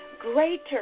greater